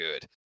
good